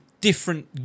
different